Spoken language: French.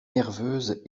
nerveuse